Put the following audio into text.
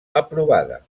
aprovada